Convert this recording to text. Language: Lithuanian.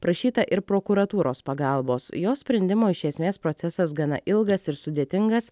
prašyta ir prokuratūros pagalbos jos sprendimo iš esmės procesas gana ilgas sudėtingas